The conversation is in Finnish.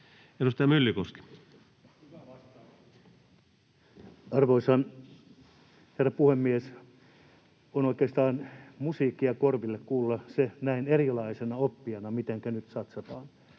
Edustaja Myllykoski. Arvoisa herra puhemies! On oikeastaan musiikkia korville kuulla se näin erilaisena oppijana, mitenkä nyt satsataan,